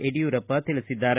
ಯಡಿಯೂರಪ್ಪ ತಿಳಿಸಿದ್ದಾರೆ